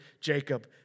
Jacob